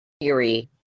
theory